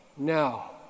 Now